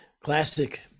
classic